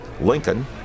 Lincoln